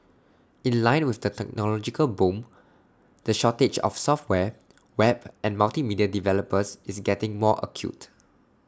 in line with the technological boom the shortage of software web and multimedia developers is getting more acute